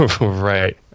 Right